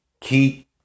keep